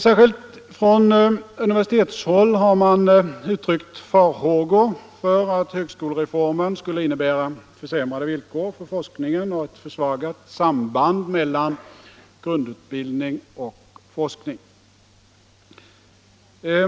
Särskilt från universitetshåll har man uttryckt farhågor för att högskolereformen skulle innebära försämrade villkor för forskningen och ett försvagat samband mellan grundutbildning och forskning.